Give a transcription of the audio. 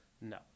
No